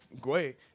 great